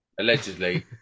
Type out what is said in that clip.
Allegedly